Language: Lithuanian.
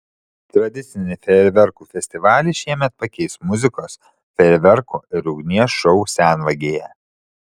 tradicinį fejerverkų festivalį šiemet pakeis muzikos fejerverkų ir ugnies šou senvagėje